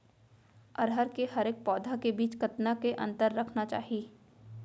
अरहर के हरेक पौधा के बीच कतना के अंतर रखना चाही?